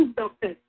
doctor